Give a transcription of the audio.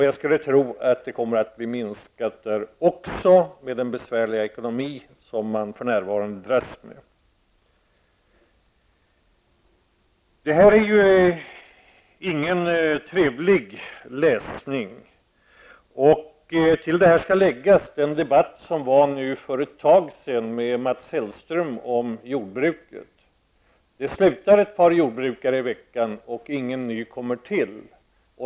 Jag skulle tro att det också kommer att minska där till följd av den besvärliga ekonomi som man för närvarande dras med. Det här ingen trevlig läsning. Till detta skall läggas den debatt som fördes för ett tag sedan med Mats Hellström om jordbruket. Ett par jordbrukare slutar sin verksamhet varje vecka, och inga nya kommer till.